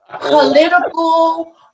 political